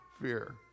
fear